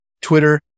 twitter